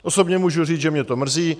Osobně můžu říct, že mě to mrzí.